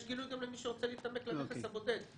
יש גילוי גם למי שרוצה להתעמק לנכס הבודד.